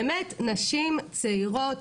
באמת נשים צעירות,